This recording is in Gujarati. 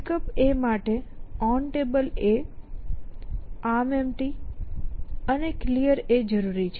Pickup માટે OnTable ArmEmpty અને Clear જરૂરી છે